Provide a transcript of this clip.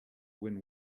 win